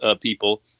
people